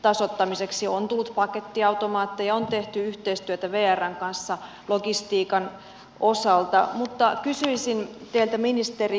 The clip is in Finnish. on tullut pakettiautomaatteja on tehty yhteistyötä vrn kanssa logistiikan osalta mutta kysyisin teiltä ministeri